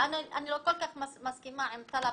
ואני לא כל כך מסכימה עם טלב,